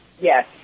Yes